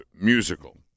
musical